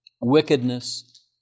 wickedness